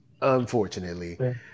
unfortunately